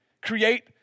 Create